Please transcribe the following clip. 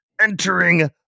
entering